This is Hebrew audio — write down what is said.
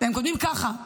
והם כותבים ככה,